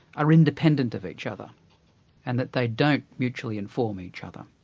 are independent of each other and that they don't mutually inform each other.